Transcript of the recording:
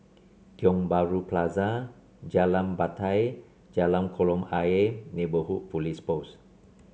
Tiong Bahru Plaza Jalan Batai Jalan Kolam Ayer Neighbourhood Police Post